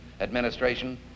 administration